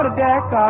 ah back